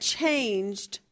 changed